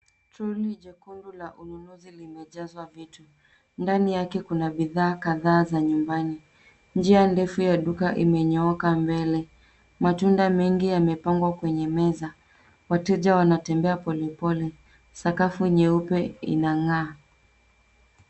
Troli jekundu la ununuzi limejazwa vitu. Ndani yake kuna bidhaa kadhaa za nyumbani. Njia ndefu ya duka imenyooka mbele. Matunda mengi yamepangwa kwenye meza. Wateja wanatembea polepole. Sakafu nyeupe inang'aa.